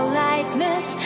lightness